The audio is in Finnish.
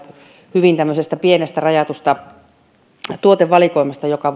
hyvin tämmöisestä pienestä rajatusta tuotevalikoimasta joka